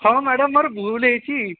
ହଁ ମ୍ୟାଡ଼ାମ ମୋର ଭୁଲ ହୋଇଛି